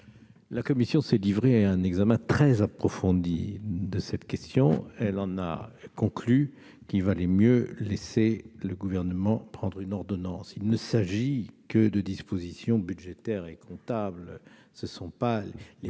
La commission s'est livrée à un examen très approfondi de cette question. Elle en a conclu qu'il valait mieux laisser le Gouvernement prendre une ordonnance. Il ne s'agit que de dispositions budgétaires et comptables ; ce ne sont pas les